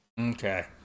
Okay